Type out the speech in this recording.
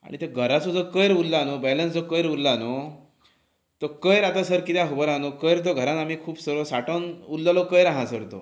आनी ते घराचो जो कोयर उरला न्हय बॅलन्स जो कोयर उरला न्हय तो कोयर आतां सर किद्याक खबर आसा न्हय कोयर तो घरान आमी खूब सांठोवन उरलेलो कोयर आसा सर तो